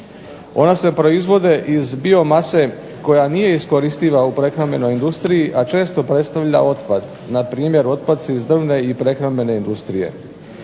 Ona se proizvode iz bio mase koja nije iskoristiva u prehrambenoj industriji a često predstavlja otpad. Na primjer otpaci iz drvne i prehrambene industrije